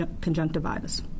conjunctivitis